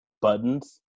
buttons